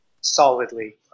solidly